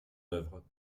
œuvre